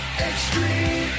Extreme